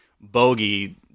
bogey